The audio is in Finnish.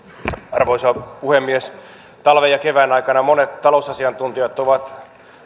arvoisa puhemies talven ja kevään aikana monet talousasiantuntijat ovat